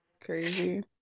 crazy